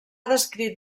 descrit